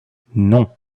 non